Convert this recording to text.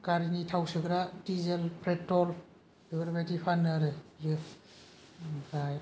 गारिनि थाव सोग्रा डिजेल पेट्रल बेफोरबादि फानो आरो बियो ओमफाय